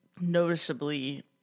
noticeably